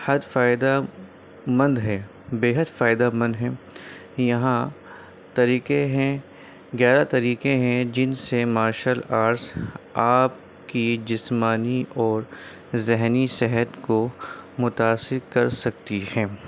حد فائدہ مند ہے بےحد فائدہ مند ہے یہاں طریقے ہیں گیارہ طریقے ہیں جن سے مارشل آرٹس آپ کی جسمانی اور ذہنی صحت کو متأثر کر سکتی ہے